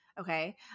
okay